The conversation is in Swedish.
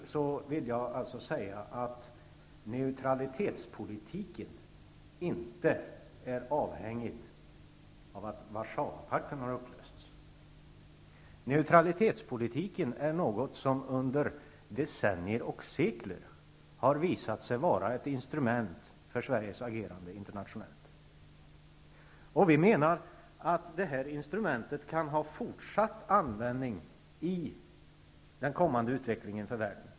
Neutralitetspolitiken är inte avhängig av det faktum att Warszawapakten har upplösts. Neutralitetspolitiken är något som under decennier och sekler har visat sig vara ett instrument för Sveriges agerande internationellt. Vi menar att det här instrumentet kan få fortsatt giltighet i den kommande utvecklingen i världen.